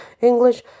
English